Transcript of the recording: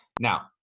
Now